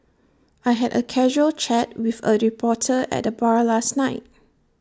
I had A casual chat with A reporter at the bar last night